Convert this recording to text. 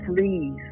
Please